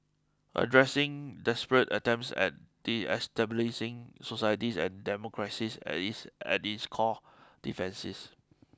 addressing desperate attempts at destabilising societies and democracies as is at its core defences